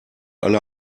alle